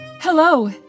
Hello